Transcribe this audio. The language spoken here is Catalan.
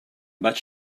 vaig